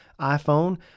iPhone